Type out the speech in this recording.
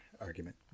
argument